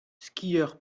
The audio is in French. skieur